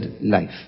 life